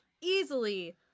easily